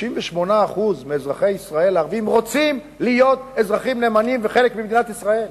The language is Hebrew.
98% מאזרחי ישראל הערבים רוצים להיות אזרחים נאמנים וחלק ממדינת ישראל.